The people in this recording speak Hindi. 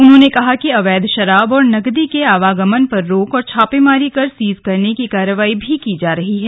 उन्होंने कहा कि अवैध शराब नगदी के आवागमन पर रोक और छापेमारी कर सीज करने की कार्रवाई भी की जा रही है